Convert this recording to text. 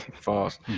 fast